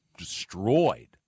destroyed